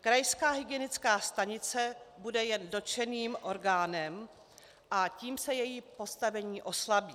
Krajská hygienická stanice bude jen dotčeným orgánem, a tím se její postavení oslabí.